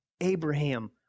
abraham